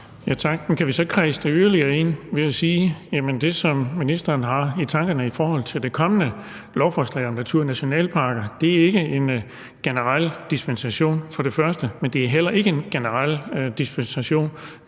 kan vi så kredse det yderligere ind ved at sige, at det, som ministeren har i tankerne i forhold til det kommende lovforslag om naturnationalparker, for det første ikke er en generel dispensation, men for det andet heller ikke er en generel dispensation